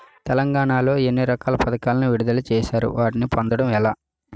తెలంగాణ లో ఎన్ని రకాల పథకాలను విడుదల చేశారు? వాటిని పొందడం ఎలా?